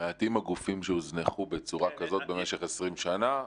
מעטים הגופים שהוזנחו בצורה כזאת במשך 20 שנה,